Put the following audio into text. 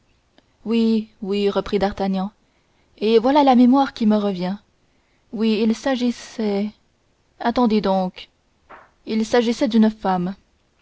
oui oui reprit d'artagnan et voilà la mémoire qui me revient oui il s'agissait attendez donc il s'agissait d'une femme